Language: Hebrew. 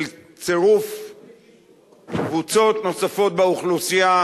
של צירוף קבוצות נוספות באוכלוסייה